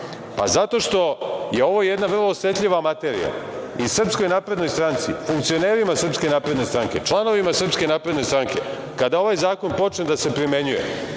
Zato što je ovo jedna vrlo osetljiva materija. I Srpskoj naprednoj stranci, funkcionerima Srpske napredne stranke, članovima Srpske napredne stranke, kada ovaj zakon počne da se primenjuje